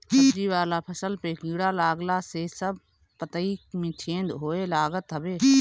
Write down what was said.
सब्जी वाला फसल पे कीड़ा लागला से सब पतइ में छेद होए लागत हवे